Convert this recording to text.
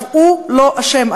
הוא לא אשם,